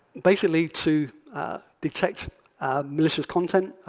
basically to detect malicious content,